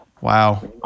Wow